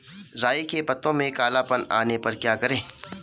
राई के पत्तों में काला पन आने पर क्या करें?